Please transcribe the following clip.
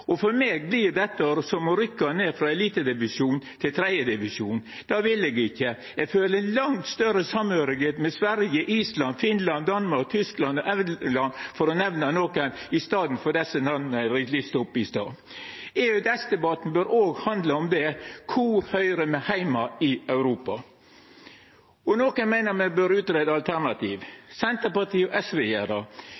For meg vert dette som å rykkja ned frå elitedivisjon til 3. divisjon. Det vil eg ikkje. Eg føler langt større samhøyrsle med Sverige, Island, Finland, Danmark, Tyskland og England, for å nemna nokre, enn med dei namna eg lista opp i stad. EØS-debatten bør òg handla om dette: Kvar høyrer me heime i Europa? Nokre meiner me bør greia ut alternativ.